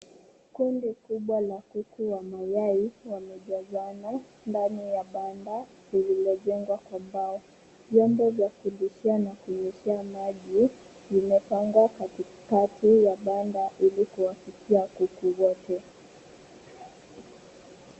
Kundi kubwa la kuku wa mayai wamejazana ndani ya banda lililojengwa kwa mbao. Vyombo vya kulishia na kunyweshea maji zimepangwa katikati ya banda ili kuwafikia kuku wote.